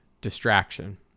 distraction